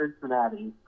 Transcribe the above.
Cincinnati